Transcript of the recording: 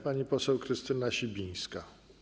Pani poseł Krystyna Sibińska.